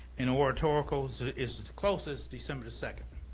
and oratorical's is the closest, december the second.